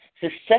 Success